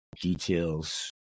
details